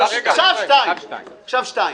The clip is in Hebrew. עכשיו (2).